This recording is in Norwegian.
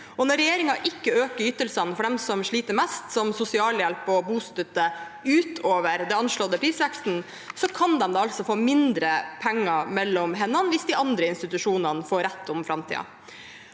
Når regjeringen ikke øker ytelsene for dem som sliter mest – som sosialhjelp og bostøtte – utover den anslåtte prisveksten, kan de altså få mindre penger mellom hendene hvis de andre institusjonene får rett om framtiden.